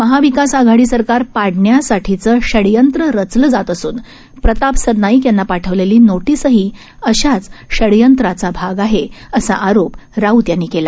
महाविकासआघाडीसरकारपाडण्यासाठीचंषडयंत्ररचलंजातअसून प्रतापसरनाईकयांनापाठवलेलीनोटिसहीअशाचषडयंत्राचाभागआहेअसाआरोपराऊतयांनीकेला